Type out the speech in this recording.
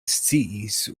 sciis